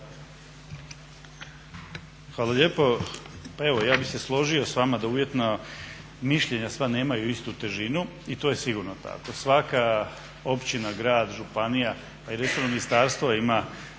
Hvala lijepo. Pa evo ja bih se složio s vama da uvjetna mišljenja sva nemaju istu težinu i to je sigurno tako. Svaka općina, grad, županija, pa i recimo ministarstvo ima